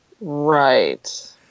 Right